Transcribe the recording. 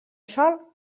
sol